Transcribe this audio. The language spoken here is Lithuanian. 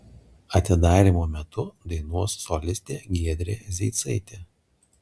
atidarymo metu dainuos solistė giedrė zeicaitė